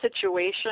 situation